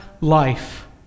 life